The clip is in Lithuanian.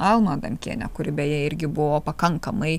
almą adamkienę kuri beje irgi buvo pakankamai